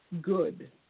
good